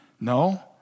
no